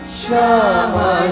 shama